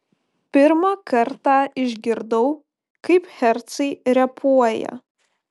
pirmą kartą išgirdau kaip hercai repuoja